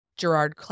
Gerard